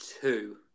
two